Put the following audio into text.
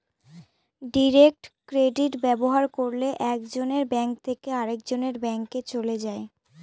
direct credit ব্যবহার করলে এক জনের ব্যাঙ্ক থেকে আরেকজনের ব্যাঙ্কে চলে যায়